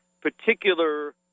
particular